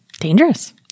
dangerous